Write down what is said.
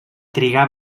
trigar